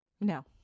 No